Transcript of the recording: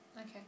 okay